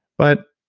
but,